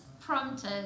prompted